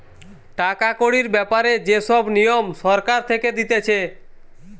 টাকা কড়ির ব্যাপারে যে সব নিয়ম সরকার থেকে দিতেছে